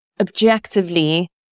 objectively